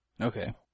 Okay